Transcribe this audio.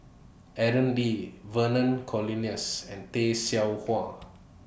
Aaron Lee Vernon Cornelius and Tay Seow Huah